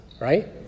right